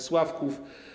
Sławków.